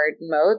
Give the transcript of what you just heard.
mode